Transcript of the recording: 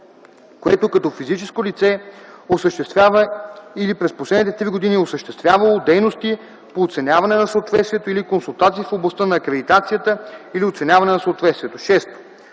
което като физическо лице осъществява или през последните 3 години е осъществявало дейности по оценяване на съответствието или консултации в областта на акредитацията или оценяване на съответствието;